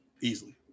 easily